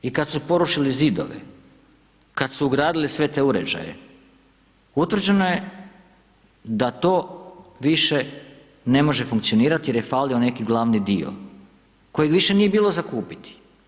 I kad su porušili zidove, kad su ugradili sve te uređaju, utvrđeno je da to više ne može funkcionirati jer je falio neki glavni dio kojeg više nije bilo za kupiti.